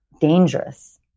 dangerous